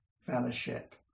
fellowship